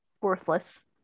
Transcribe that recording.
worthless